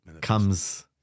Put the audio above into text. comes